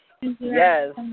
Yes